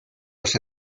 los